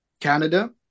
Canada